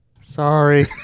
Sorry